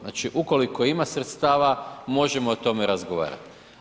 Znači ukoliko ima sredstava, možemo o tome razgovarat.